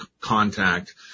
contact